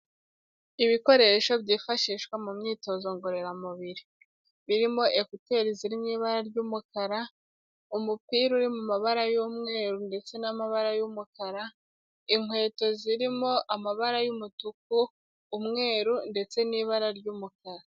Ibikoresho byifashishwa mu myitozo ngororamubiri, birimo ekuteri ziri mu ibara ry'umukara, umupira uri mu mabara y'umweru ndetse n'amabara y'umukara, inkweto zirimo amabara y'umutuku, umweru ndetse n'ibara ry'umukara.